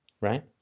Right